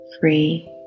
free